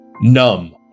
Numb